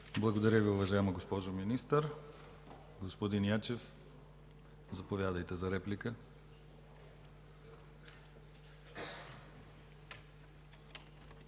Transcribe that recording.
Благодаря Ви, уважаеми господин Министър. Господин Найденов, заповядайте за реплика.